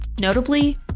notably